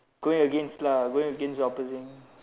going against lah going against opposing